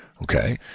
Okay